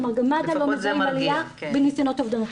כלומר גם מד"א לא מוצאים עליה בניסיונות אובדנות.